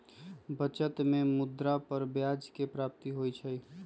बचत में मुद्रा पर ब्याज के प्राप्ति होइ छइ